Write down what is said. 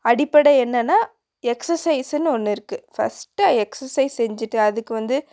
அடிப்படை என்னென்னா எக்ஸசைஸுன்னு ஒன்று இருக்குது ஃபஸ்ட்டு எக்ஸசைஸ் செஞ்சுட்டு அதுக்கு வந்து